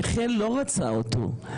הנכה לא רצה אותו,